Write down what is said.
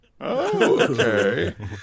Okay